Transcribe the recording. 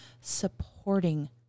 supporting